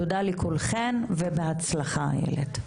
תודה לכולכן ובהצלחה, איילת.